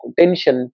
tension